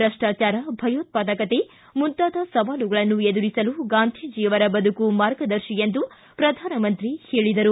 ಭ್ರಷ್ಟಾಚಾರ ಭಯೋತ್ಪಾದಕತೆ ಮುಂತಾದ ಸವಾಲುಗಳನ್ನು ಎದುರಿಸಲು ಗಾಂಧೀಜಿಯವರ ಬದುಕು ಮಾರ್ಗದರ್ಶಿ ಎಂದು ಪ್ರಧಾನಮಂತ್ರಿ ಹೇಳಿದರು